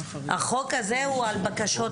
החוק הזה הוא על בקשות צו.